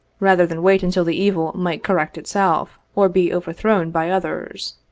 rather than wait until the evil might correct itself, or be over thrown by others.